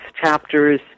chapters